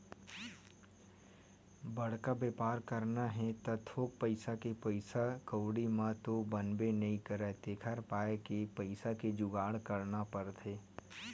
बड़का बेपार करना हे त थोक बहुत के पइसा कउड़ी म तो बनबे नइ करय तेखर पाय के पइसा के जुगाड़ करना पड़थे